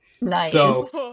Nice